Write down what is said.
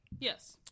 Yes